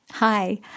Hi